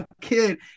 kid